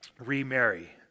remarry